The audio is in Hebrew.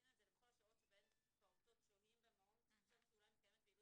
אולי המקום